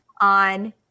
on